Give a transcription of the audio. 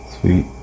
sweet